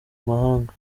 mahanga